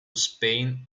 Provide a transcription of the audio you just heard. spain